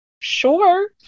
Sure